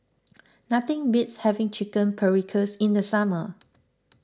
nothing beats having Chicken Paprikas in the summer